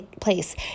place